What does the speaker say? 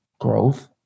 growth